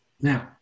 Now